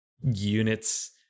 units